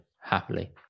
happily